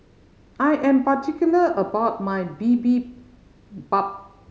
I am particular about my Bibimbap